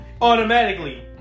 automatically